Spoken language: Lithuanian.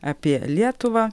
apie lietuvą